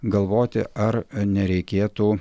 galvoti ar nereikėtų